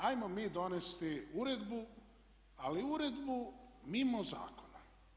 Ajmo mi donijeti uredbu, ali uredbu mimo zakona.